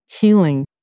healing